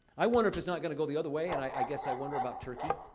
i wonder if it's not gonna go the other way, and i guess i wonder about turkey.